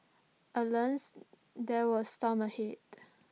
alas there were storms ahead